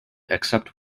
except